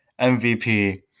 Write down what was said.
MVP